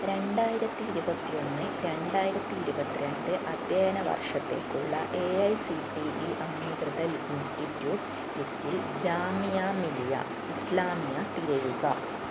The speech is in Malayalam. രണ്ടായിരത്തി ഇരുപത്തിയൊന്ന് രണ്ടായിരത്തി ഇരുപത്തിരണ്ട് അധ്യയന വർഷത്തേക്കുള്ള A I C T E അംഗീകൃത ഇൻസ്റ്റിറ്റ്യൂട്ട് ലിസ്റ്റിൽ ജാമിയ മിലിയ ഇസ്ലാമിയ തിരയുക